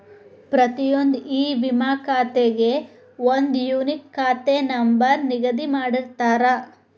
ಪ್ರತಿಯೊಂದ್ ಇ ವಿಮಾ ಖಾತೆಗೆ ಒಂದ್ ಯೂನಿಕ್ ಖಾತೆ ನಂಬರ್ ನಿಗದಿ ಮಾಡಿರ್ತಾರ